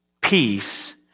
peace